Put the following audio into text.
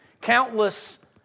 Countless